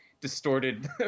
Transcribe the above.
distorted